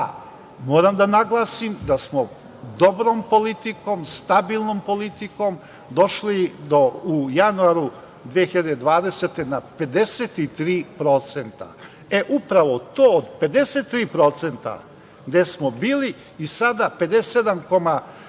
moram da naglasim da smo dobrom politikom, stabilnom politikom došli u januaru 2020. godine na 53%. Upravo tih 53% gde smo bili i sada 57,5%